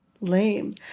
lame